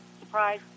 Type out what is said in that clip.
Surprise